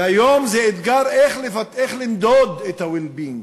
והיום האתגר זה איך למדוד את ה-well-being: